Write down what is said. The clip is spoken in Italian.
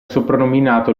soprannominato